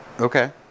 okay